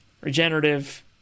regenerative